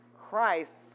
Christ